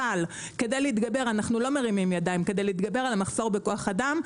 אבל כדי להתגבר אנחנו לא מרימים ידיים על המחסור בכוח אדם,